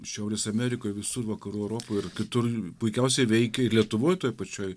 šiaurės amerikoj visur vakarų europoj ir kitur puikiausiai veikė ir lietuvoj toj pačioj